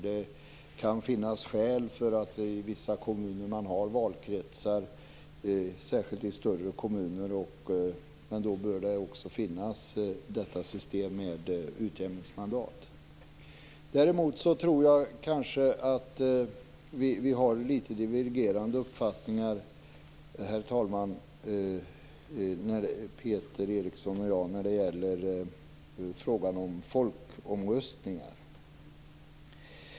Det kan finnas skäl för att ha valkretsar i vissa kommuner, särskilt i större kommuner. Men då bör det också finnas detta system med utjämningsmandat. Däremot tror jag kanske att Peter Eriksson och jag har litet divergerande uppfattningar, herr talman, när det gäller frågan om folkomröstningar.